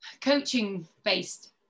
coaching-based